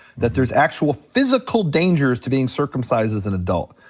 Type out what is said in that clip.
that there's actual physical dangers to being circumcised as an adult.